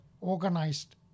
organized